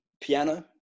piano